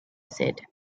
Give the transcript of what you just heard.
said